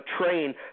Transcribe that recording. train